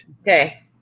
Okay